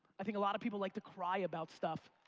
i think a lot of people like to cry about stuff.